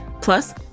Plus